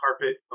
carpet